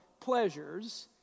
pleasures